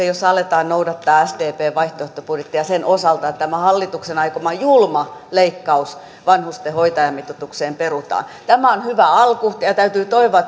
jossa aletaan noudattaa sdpn vaihtoehtobudjettia sen osalta että tämä hallituksen aikoma julma leikkaus vanhusten hoitajamitoitukseen perutaan tämä on hyvä alku ja ja täytyy toivoa